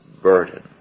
burden